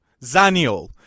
Zaniol